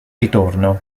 ritorno